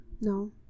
No